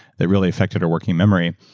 that really affected her working memory,